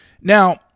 Now